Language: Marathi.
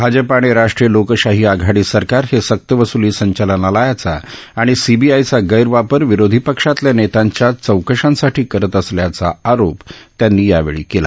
भाजपा आणि राष्ट्रीय लोकशाही आघाडी सरकार हे सक्तवसूली संचालनालयाचा आणि सीबीआयचा गैरवापर विरोधी पक्षातल्या नेत्यांच्या चौकशांचा आरोप त्यांनी यावेळी केला